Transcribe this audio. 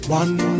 one